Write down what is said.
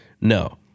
No